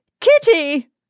Kitty